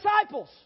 disciples